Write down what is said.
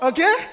Okay